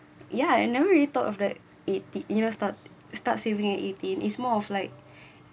ya I never really thought of that it you know start start saving at eighteen it's more of like